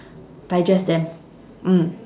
digest them mm